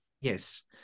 Yes